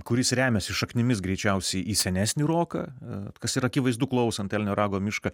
kuris remiasi šaknimis greičiausiai į senesnį roką kas yra akivaizdu klausant elnio rago mišką